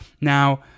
Now